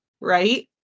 Right